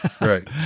Right